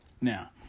Now